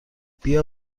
بیا